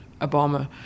obama